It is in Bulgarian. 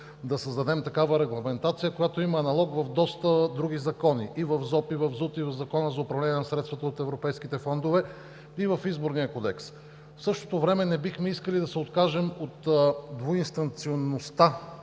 да създадем такава регламентация, която има аналог в доста други закони – и в ЗОП, и в ЗУТ, и в Закона за управление на средствата от европейските фондове, и в Изборния кодекс. В същото време не бихме искали да се откажем от двуинстанционността